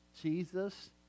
Jesus